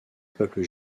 peuple